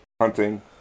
Hunting